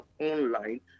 online